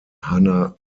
hanna